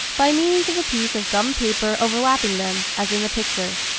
by means of a piece of gummed paper overlapping them, as in the picture.